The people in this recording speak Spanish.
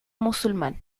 musulmán